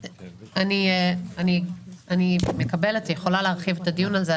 אני מקבלת ויכולה להרחיב את הדיון הזה.